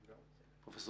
פרופ'